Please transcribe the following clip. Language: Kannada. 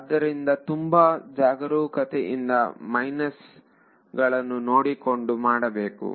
ಆದ್ದರಿಂದ ತುಂಬಾ ಜಾಗರೂಕತೆ ಇಂದ ಮೈನಸ್ ಗಳನ್ನು ನೋಡಿಕೊಂಡು ಮಾಡಬೇಕು